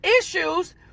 issues